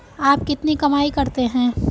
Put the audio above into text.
आप कितनी कमाई करते हैं?